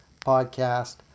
podcast